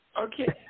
Okay